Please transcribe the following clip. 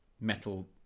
metal